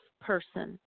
person